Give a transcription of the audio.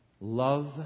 Love